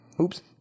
oops